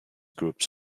groups